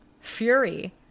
fury